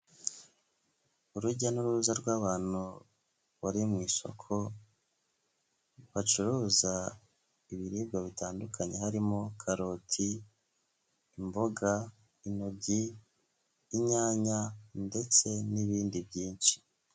Urujya n'uruza rw'abantu bari mu isoko, bacuruza ibiribwa bitandukanye, harimo karoti, imboga, intoryi, inyanya ndetse n'ibindi byinshi.